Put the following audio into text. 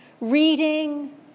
reading